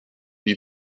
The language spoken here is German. die